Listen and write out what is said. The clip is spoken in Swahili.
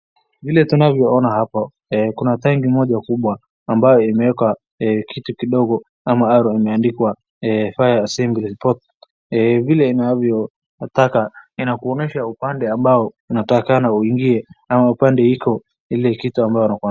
Vile tunavyoona hapo kuna tangi moja kubwa ambayo imeekwa kitu kidogo ama arrow imeandikwa fire assembly point vile inavyotaka inakuonyesha upande ambao unatakikana uingia na upande iko ile kitu mbayo wanakuambia.